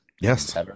yes